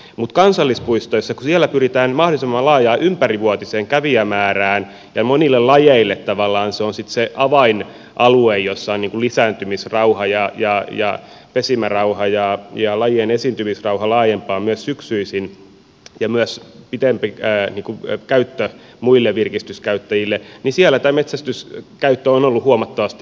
mutta kansallispuistoissa kun siellä pyritään mahdollisimman laajaan ympärivuotiseen kävijämäärään ja monille lajeille tavallaan se on sitten se avainalue jossa on lisääntymisrauha ja pesimisrauha ja lajien esiintymisrauha laajempaa myös syksyisin ja myös pitempi käyttö muille virkistyskäyttäjille niin siellä tämä metsästyskäyttö on ollut huomattavasti rajatumpaa